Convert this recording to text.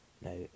No